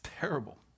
terrible